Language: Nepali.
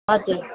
हजुर